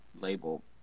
label